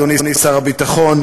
אדוני שר הביטחון,